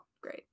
Great